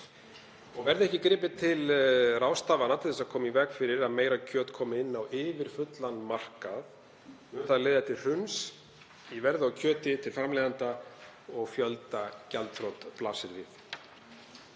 Verði ekki gripið til ráðstafana til að koma í veg fyrir að meira kjöt komi inn á yfirfullan markað mun það leiða til hruns í verði á kjöti til framleiðenda og fjöldagjaldþrot blasir við.